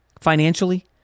financially